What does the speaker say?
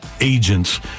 agents